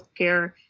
healthcare